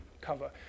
cover